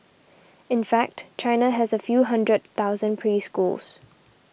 in fact China has a few hundred thousand preschools